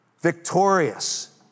victorious